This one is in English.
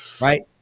right